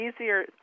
easier